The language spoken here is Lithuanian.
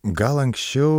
gal anksčiau